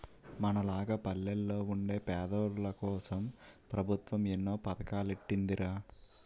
మనలాగ పల్లెల్లో వుండే పేదోల్లకోసం పెబుత్వం ఎన్నో పదకాలెట్టీందిరా